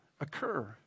occur